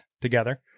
together